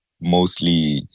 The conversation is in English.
mostly